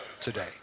today